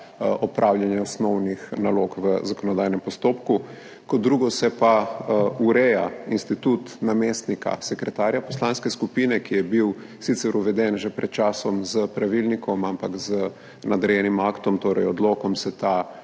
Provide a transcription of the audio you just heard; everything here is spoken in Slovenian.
opravljanje osnovnih nalog v zakonodajnem postopku. Kot drugo se pa ureja institut namestnika sekretarja poslanske skupine, ki je bil sicer uveden že pred časom s pravilnikom, ampak z nadrejenim aktom, torej odlokom, se ta